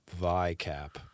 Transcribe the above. VICAP